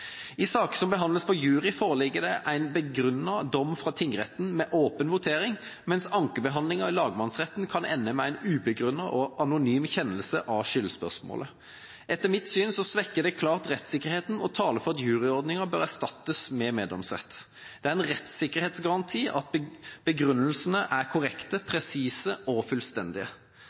I saker som behandles for jury, foreligger det en begrunnet dom fra tingretten med åpen votering, mens ankebehandlingen i lagmannsretten kan ende med en ubegrunnet og anonym kjennelse av skyldspørsmålet. Etter mitt syn svekker dette klart rettssikkerheten og taler for at juryordningen bør erstattes med meddomsrett. Det er en rettssikkerhetsgaranti at begrunnelsene er korrekte, presise og fullstendige.